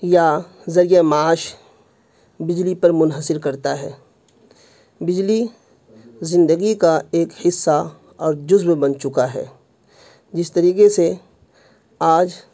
یا ذریعہ معاش بجلی پر منحصر کرتا ہے بجلی زندگی کا ایک حصہ اور جزو بن چکا ہے جس طریقے سے آج